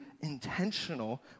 intentional